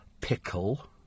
pickle